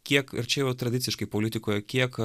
kiek ir čia jau tradiciškai politikoje kiek